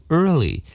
early